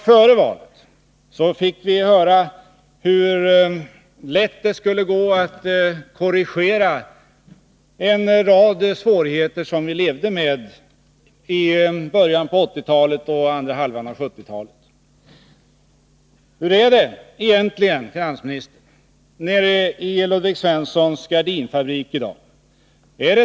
Före valet fick vi ju höra hur lätt det skulle gå att korrigera en rad svårigheter som vi levde med i början av 1980-talet och andra hälften av 1970-talet. Hur är det egentligen, herr finansminister, i Ludvig Svenssons gardinfabriki dag?